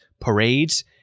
parades